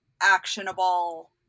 actionable